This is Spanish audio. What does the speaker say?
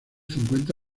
cincuenta